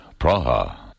Praha